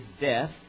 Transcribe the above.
death